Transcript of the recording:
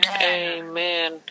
Amen